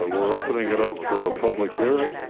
ah we're opening it up for a public hearing.